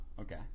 okay